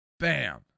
Bam